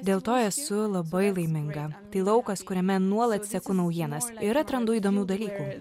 dėl to esu labai laiminga tai laukas kuriame nuolat seku naujienas ir atrandu įdomių dalykų